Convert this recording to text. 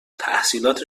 تحصیلات